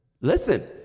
Listen